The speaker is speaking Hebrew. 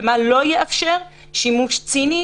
ומה לא יאפשר שימוש ציני.